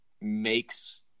makes